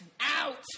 Out